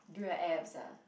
do your abs ah